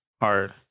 hard